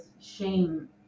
shame